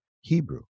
Hebrew